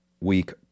week